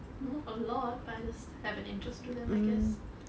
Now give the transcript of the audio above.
not a lot but I just have an interest to them I guess